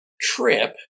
trip